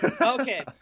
Okay